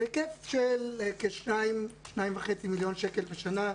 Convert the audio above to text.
היקף של כ-2.5 מיליון שקל בשנה.